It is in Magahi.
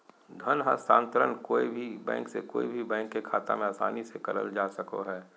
धन हस्तान्त्रंण कोय भी बैंक से कोय भी बैंक के खाता मे आसानी से करल जा सको हय